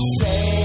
say